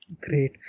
Great